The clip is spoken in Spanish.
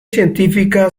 científica